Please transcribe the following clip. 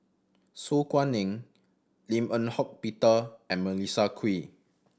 Su Guaning Lim Eng Hock Peter and Melissa Kwee